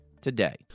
today